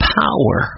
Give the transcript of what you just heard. power